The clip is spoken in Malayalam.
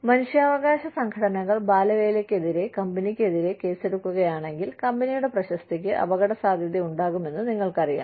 മനുഷ്യാവകാശ സംഘടനകൾ ബാലവേലയ്ക്കെതിരെ കമ്പനിക്കെതിരെ കേസെടുക്കുകയാണെങ്കിൽ കമ്പനിയുടെ പ്രശസ്തിക്ക് അപകടസാധ്യതയുണ്ടാകുമെന്ന് നിങ്ങൾക്കറിയാം